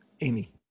Amy